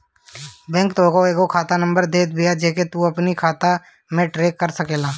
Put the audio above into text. bank तोहके एगो खाता नंबर देत बिया जेसे तू अपनी खाता के ट्रैक कर सकेला